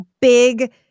big